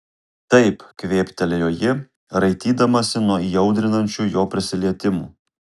taip kvėptelėjo ji raitydamasi nuo įaudrinančių jo prisilietimų